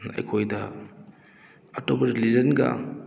ꯑꯩꯈꯣꯏꯗ ꯑꯇꯣꯞꯄ ꯔꯤꯂꯤꯖꯟꯒ